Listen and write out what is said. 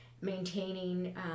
maintaining